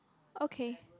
okay